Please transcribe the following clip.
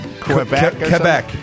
Quebec